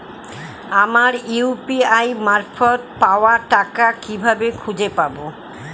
আমার ইউ.পি.আই মারফত পাওয়া টাকা কিভাবে খুঁজে পাব?